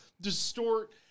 distort